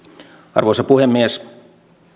arvoisa puhemies